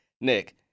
Nick